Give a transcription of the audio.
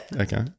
Okay